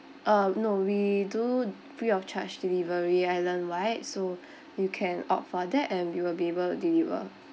uh no we do free of charge delivery island wide so you can opt for that and we will be able to deliver